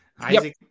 Isaac